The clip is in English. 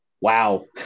wow